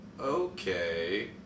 Okay